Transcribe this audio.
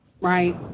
Right